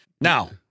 Now